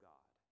God